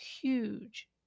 huge